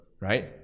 right